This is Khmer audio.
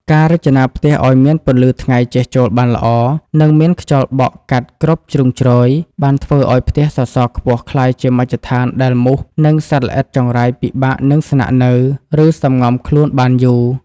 ការរចនាផ្ទះឱ្យមានពន្លឺថ្ងៃជះចូលបានល្អ និងមានខ្យល់បក់កាត់គ្រប់ជ្រុងជ្រោយ បានធ្វើឱ្យផ្ទះសសរខ្ពស់ក្លាយជាមជ្ឈដ្ឋានដែលមូស និងសត្វល្អិតចង្រៃពិបាកនឹងស្នាក់នៅ ឬសម្ងំខ្លួនបានយូរ។